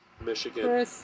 Michigan